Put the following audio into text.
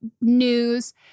news